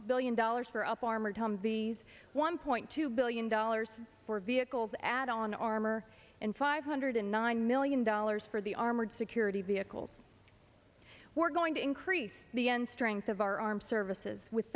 billion dollars for up armored humvees one point two billion dollars for vehicles add on armor and five hundred and nine million dollars for the armored security vehicles we're going to increase the end strength of our armed services with